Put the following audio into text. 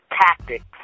tactics